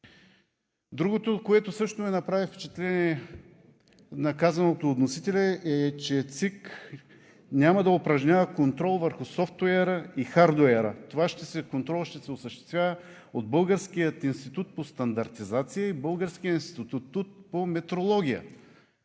Другото, което също ми направи впечатление на казаното от вносителя, е, че ЦИК няма да упражнява контрол върху софтуера и хардуера. Контролът ще се осъществява от Българския институт по стандартизация и Българския институт по метрология.